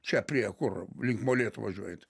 čia prie kur link molėtų važiuojant